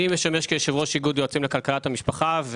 זה חמור שזוג צעיר או משפחה קנו